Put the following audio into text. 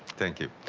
thank you.